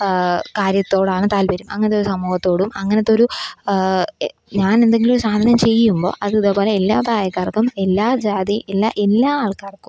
കാര്യത്തോടാണ് താൽപ്പര്യം അങ്ങനത്തൊരു സമൂഹത്തോടും അങ്ങനത്തൊരു എ ഞാനെന്തെങ്കിലൊരു സാധനം ചെയ്യുമ്പോള് അതിതേ പോലെ എല്ലാ പ്രായക്കാർക്കും എല്ലാ ജാതി ഉള്ള എല്ലാ ആൾക്കാർക്കും